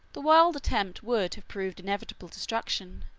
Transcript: the wild attempt would have proved inevitable destruction,